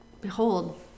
behold